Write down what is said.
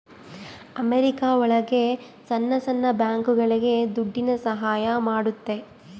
America ಒಳಗ ಸಣ್ಣ ಸಣ್ಣ ಬ್ಯಾಂಕ್ಗಳುಗೆ ದುಡ್ಡಿನ ಸಹಾಯ ಮಾಡುತ್ತೆ